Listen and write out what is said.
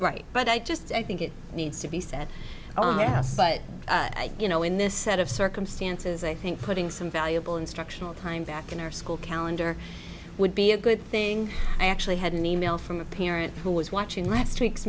right but i just i think it needs to be said oh yes but you know in this set of circumstances i think putting some valuable instructional time back in our school calendar would be a good thing i actually had an e mail from a parent who was watching last week's